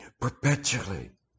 perpetually